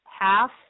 half